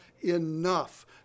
enough